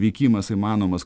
vykimas įmanomas